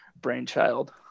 brainchild